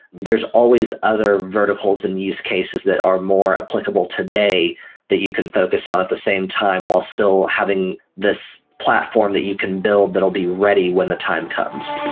there's always other verticals and use cases that are more applicable today that you can focus on at the same time while still having this platform that you can build that will be ready when the time comes.